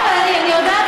אני יודעת.